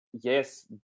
Yes